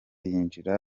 yinjira